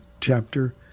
chapter